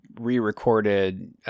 re-recorded